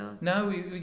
No